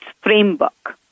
Framework